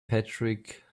patrick